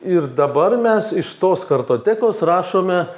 ir dabar mes iš tos kartotekos rašome